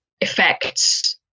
effects